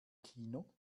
kino